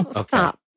stop